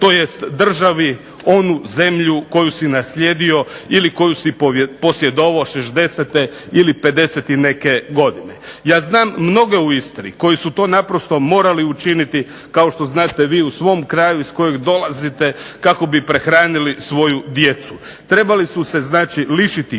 tj. državu onu zemlju koju si naslijedio ili koju si posjedovao '60. ili 50 i neke godine. Ja znam mnoge u Istri koji su to naprosto morali učiniti, kao što znate vi u svom kraju iz kojeg dolazite, kako bi prehranili svoju djecu. Trebali su se znači lišiti